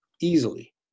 easily